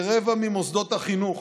כרבע ממוסדות החינוך